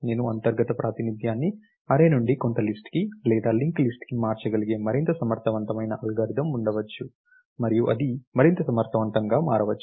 నేను అంతర్గత ప్రాతినిధ్యాన్ని అర్రే నుండి కొంత లిస్ట్ కు లేదా లింక్ లిస్ట్ కు మార్చగలిగే మరింత సమర్థవంతమైన అల్గోరిథం ఉండవచ్చు మరియు అది మరింత సమర్థవంతంగా మారవచ్చు